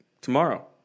tomorrow